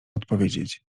odpowiedzieć